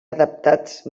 adaptats